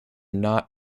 not